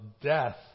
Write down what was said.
death